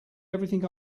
everything